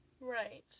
Right